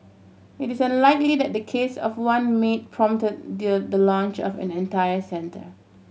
it is unlikely that the case of one maid prompted their the launch of an entire centre